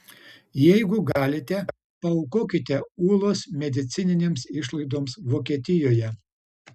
jeigu galite paaukokite ūlos medicininėms išlaidoms vokietijoje